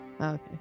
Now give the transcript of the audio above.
Okay